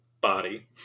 body